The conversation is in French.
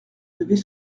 devait